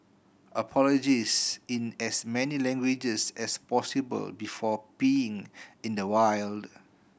apologise in as many languages as possible before peeing in the wild